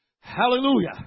Hallelujah